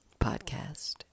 podcast